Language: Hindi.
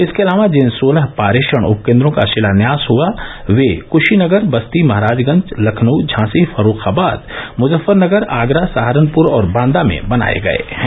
इसके अलावा जिन सोलह पारेषण उपकेन्द्रों का शिलान्यास हुआ वे कुशीनगर बस्ती महराजगंज लखनऊ झांसी फर्रूखाबाद मुजफ्फरनगर आगरा सहारनपुर और बांदा में बनाये गये हैं